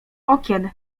okien